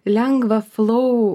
lengvą flau